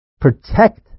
Protect